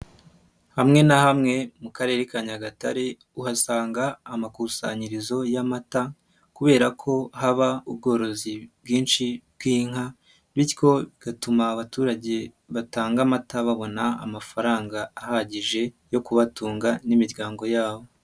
Hamwe na hamwe mu karere ka Nyagatare uhasanga amakusanyirizo y'amata, kubera ko haba ubworozi bwinshi bw'inka bityo bigatuma abaturage batanga amata, babona amafaranga ahagije yo kubatunga n'imiryango yabo.